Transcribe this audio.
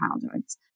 childhoods